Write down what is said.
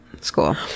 School